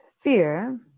fear